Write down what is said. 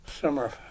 summer